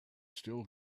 still